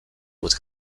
with